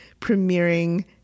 premiering